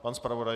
Pan zpravodaj.